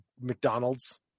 McDonald's